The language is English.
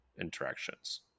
interactions